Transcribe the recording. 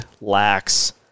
lacks